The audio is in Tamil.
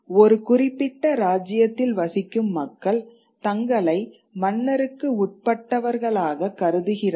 ஒரு குறிப்பிட்ட ராஜ்யத்தில் வசிக்கும் மக்கள் தங்களை மன்னருக்கு உட்பட்டவர்களாக கருதுகிறார்கள்